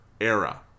era